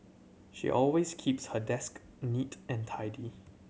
she always keeps her desk neat and tidy